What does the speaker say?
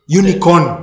unicorn